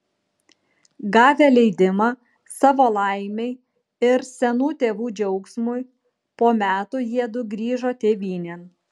gavę leidimą savo laimei ir senų tėvų džiaugsmui po metų jiedu grįžo tėvynėn